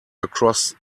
across